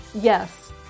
Yes